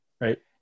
right